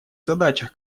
задачах